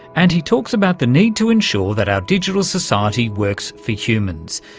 and he talks about the need to ensure that our digital society works for humans,